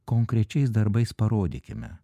konkrečiais darbais parodykime